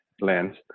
lens